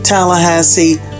Tallahassee